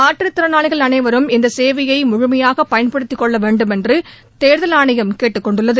மாற்றுத்திறனாளிகள் அனைவரும் இந்த சேவைளய முழுமையாக பயன்படுத்திக் கொள்ள வேண்டுமென்று தேர்தல் ஆணையம் கேட்டுக் கொண்டுள்ளது